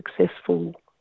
successful